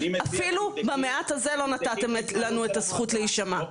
אפילו במעט הזה לא נתתם לנו את הזכות להישמע.